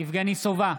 יבגני סובה,